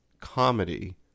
comedy